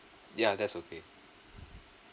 ya that's okay